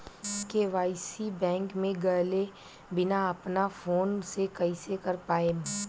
KYC bank मे गएले बिना अपना फोन से कइसे कर पाएम?